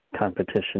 competition